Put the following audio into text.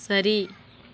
சரி